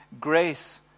Grace